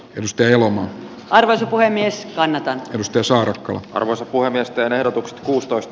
edustaja lomaa arvoisa puhemies lainataan kyse on arvoisa puhemiestään ehdotukset kuustoist